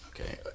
Okay